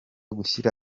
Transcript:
gushyira